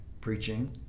preaching